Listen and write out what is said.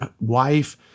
wife